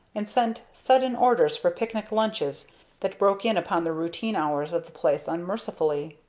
and sent sudden orders for picnic lunches that broke in upon the routine hours of the place unmercifully.